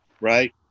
right